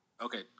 Okay